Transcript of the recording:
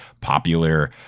popular